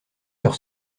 leurs